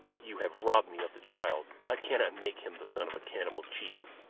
you have robbed me of the child. i cannot make him the son of a cannibal chief,